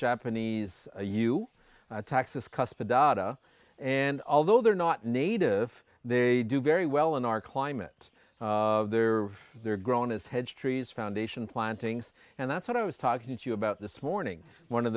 japanese you taxes cusp adata and although they're not native they do very well in our climate they're they're grown as heads trees foundation plantings and that's what i was talking to you about this morning one of